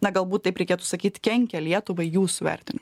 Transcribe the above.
na galbūt taip reikėtų sakyt kenkia lietuvai jūsų vertinimu